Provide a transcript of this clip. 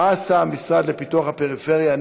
3. מה עשה המשרד לפיתוח הפריפריה,